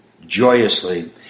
joyously